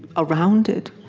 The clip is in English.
around it,